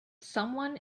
someone